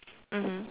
mmhmm